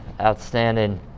outstanding